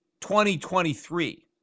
2023